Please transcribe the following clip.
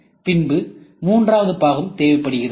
பின்பு மூன்றாவது பாகம் தேவைப்படுகிறது